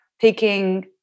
taking